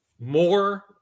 more